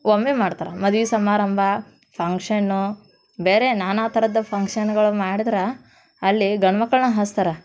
ಒಮ್ಮೆ ಮಾಡ್ತಾರೆ ಮದ್ವೆ ಸಮಾರಂಭ ಫಂಕ್ಷನ್ನು ಬೇರೆ ನಾನಾ ಥರದ ಫಂಕ್ಷನ್ಗಳು ಮಾಡಿದ್ರ ಅಲ್ಲಿ ಗಂಡ್ ಮಕ್ಳನ್ನೇ ಹಚ್ತಾರ